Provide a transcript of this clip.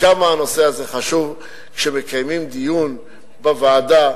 כמה הנושא הזה חשוב, שמקיימים דיון בוועדה,